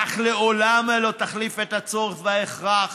אך לעולם לא תחליף את הצורך וההכרח